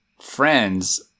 friends